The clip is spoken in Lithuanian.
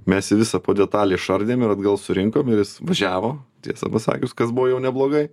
mes jį visą po detalę išardėm ir atgal surinkome ir jis važiavo tiesą pasakius kas buvo jau neblogai